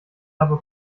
aber